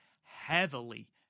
heavily